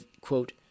quote